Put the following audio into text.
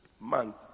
month